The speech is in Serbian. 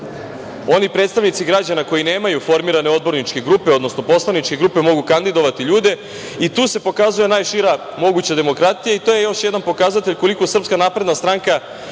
oni predstavnici građana koji nemaju formirane odborničke grupe, odnosno poslaničke grupe, mogu kandidovati ljude. Tu se pokazuje najšira moguća demokratija i to je još jedan pokazatelj koliko SNS želi da ovaj